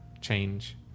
change